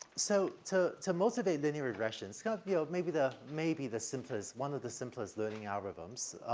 so to to motivate linear regression, it's gonna be, ah, maybe the maybe the simplest, one of the simplest learning algorithms.